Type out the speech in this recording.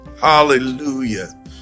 Hallelujah